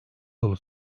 yolu